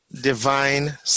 divine